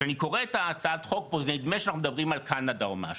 כשאני קורא את הצעת החוק זה נדמה שאנחנו מדברים על קנדה או משהו.